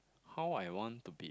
how I want to be